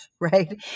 right